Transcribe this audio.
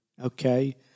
okay